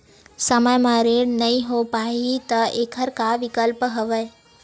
समय म ऋण नइ हो पाहि त एखर का विकल्प हवय?